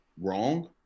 Wrong